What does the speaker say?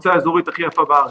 למועצה האזורית הכי יפה בארץ.